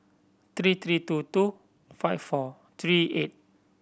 three three two two five four three eight